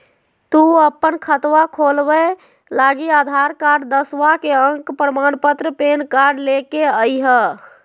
तू अपन खतवा खोलवे लागी आधार कार्ड, दसवां के अक प्रमाण पत्र, पैन कार्ड ले के अइह